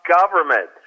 government